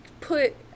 put